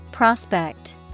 Prospect